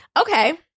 okay